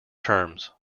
terms